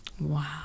Wow